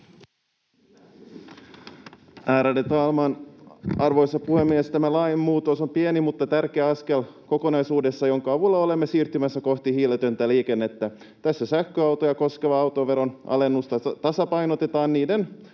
arvoisa puhemies! Tämä lainmuutos on pieni mutta tärkeä askel kokonaisuudessa, jonka avulla olemme siirtymässä kohti hiiletöntä liikennettä. Tässä sähköautoja koskeva autoveron alennus tasapainotetaan niiden